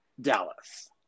Dallas